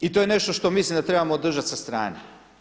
I to je nešto što mislim da trebamo držati sa strane.